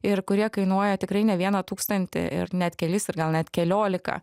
ir kurie kainuoja tikrai ne vieną tūkstantį ir net kelis ir gal net keliolika